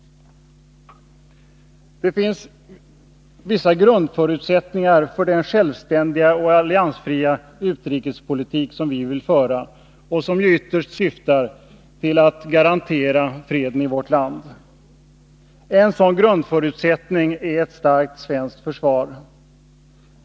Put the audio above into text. Det finns vissa grundförutsättningar för den självständiga och alliansfria utrikespolitik som vi vill föra och som ytterst syftar till att garantera freden i vårt land. En sådan grundförutsättning är ett starkt svenskt försvar.